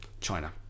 China